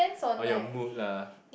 on your mood lah